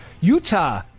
Utah